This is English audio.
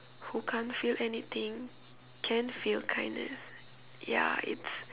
who can't feel anything can feel kindness ya it's